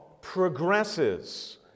progresses